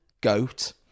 goat